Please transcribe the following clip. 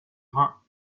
rhin